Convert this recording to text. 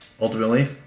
Ultimately